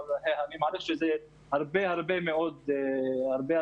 אבל אני מעריך שזה הרבה הרבה מאוד כסף,